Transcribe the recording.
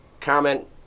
comment